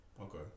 Okay